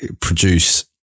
produce